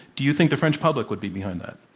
do you think the french public would be behind that?